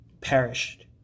perished